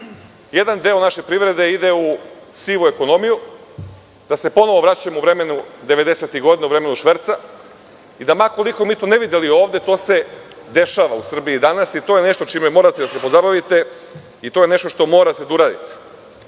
jedan deo naše privrede ide u sivu ekonomiju, da se ponovo vraćamo u vreme devedesetih godina, u vreme šverca i da se, ma koliko mi to ne videli ovde, to dešava u Srbiji danas. To je nešto čime morate da se pozabavite i to je nešto što morate da uradite. Realno,